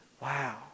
Wow